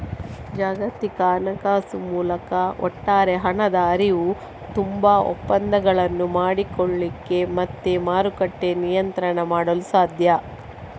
ಜಾಗತಿಕ ಹಣಕಾಸು ಮೂಲಕ ಒಟ್ಟಾರೆ ಹಣದ ಹರಿವು, ತುಂಬಾ ಒಪ್ಪಂದಗಳನ್ನು ಮಾಡಿಕೊಳ್ಳಿಕ್ಕೆ ಮತ್ತೆ ಮಾರುಕಟ್ಟೆ ನಿಯಂತ್ರಣ ಮಾಡಲು ಸಾಧ್ಯ